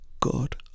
God